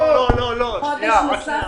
חודש נוסף,